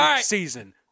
season